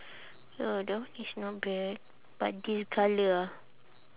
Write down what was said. ya that one is not bad but this colour ah